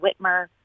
Whitmer